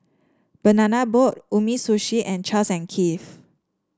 Banana Boat Umisushi and Charles and Keith